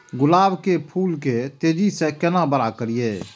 गुलाब के फूल के तेजी से केना बड़ा करिए?